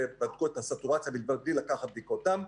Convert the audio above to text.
ואת הסטורציה לקחת בדיקות דם,